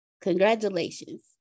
Congratulations